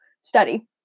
Study